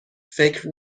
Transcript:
فکر